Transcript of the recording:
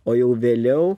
o jau vėliau